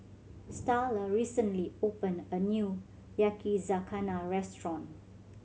Starla recently opened a new Yakizakana Restaurant